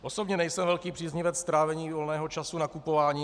Osobně nejsem velký příznivec trávení volného času nakupováním.